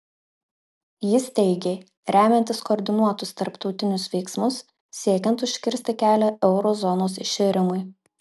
jis teigė remiantis koordinuotus tarptautinius veiksmus siekiant užkirsti kelią euro zonos iširimui